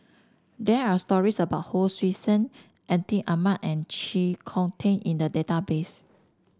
there are stories about Hon Sui Sen Atin Amat and Chee Kong Tet in the database